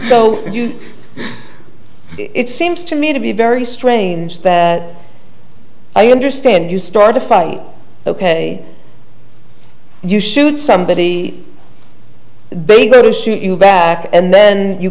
you it seems to me to be very strange that i understand you start a fight you shoot somebody they go to shoot you back and then you